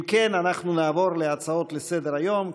אם כן, אנחנו נעבור להצעות לסדר-היום.